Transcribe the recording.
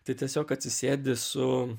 tai tiesiog atsisėdi su